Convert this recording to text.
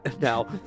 Now